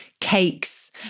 cakes